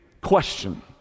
question